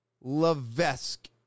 Levesque